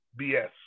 BS